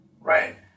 right